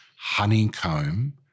honeycomb